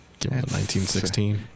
1916